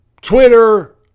Twitter